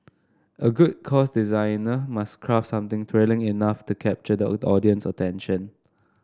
a good course designer must craft something thrilling enough to capture the old audience attention